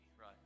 right